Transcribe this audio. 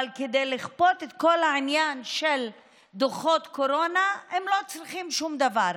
אבל כדי לכפות את כל העניין של דוחות קורונה הם לא צריכים שום דבר,